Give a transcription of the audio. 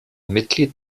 mitglied